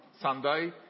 Sunday